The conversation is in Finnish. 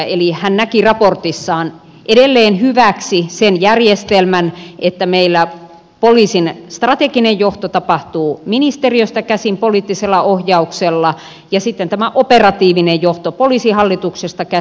eli hän näki raportissaan edelleen hyväksi sen järjestelmän että meillä poliisin strateginen johto tapahtuu ministeriöstä käsin poliittisella ohjauksella ja sitten tämä operatiivinen johto poliisihallituksesta käsin